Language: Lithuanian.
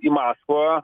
į maskvą